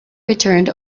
returned